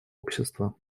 общества